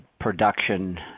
production